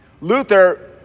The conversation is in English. Luther